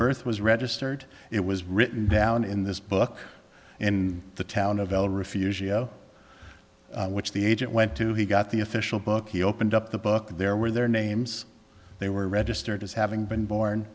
birth was registered it was written down in this book and the town of el refuse yo which the agent went to he got the official book he opened up the book there were their names they were registered as having been born